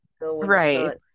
Right